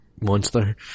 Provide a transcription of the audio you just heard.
Monster